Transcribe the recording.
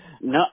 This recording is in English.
No